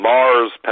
Mars